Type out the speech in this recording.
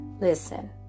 listen